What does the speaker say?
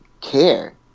care